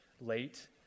late